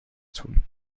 tun